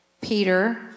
Peter